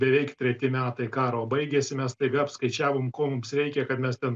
beveik treti metai karo baigėsi mes staiga apskaičiavom ko mums reikia kad mes ten